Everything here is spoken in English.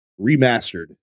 remastered